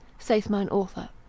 saith mine author,